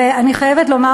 ואני חייבת לומר,